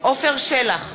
עפר שלח,